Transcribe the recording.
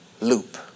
loop